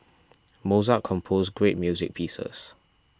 Mozart composed great music pieces